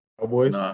Cowboys